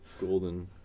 Golden